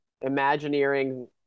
Imagineering